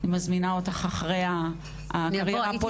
אני מזמינה אותך אחרי הקריירה הפוליטית לבוא אלינו.